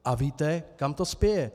A víte, kam to spěje.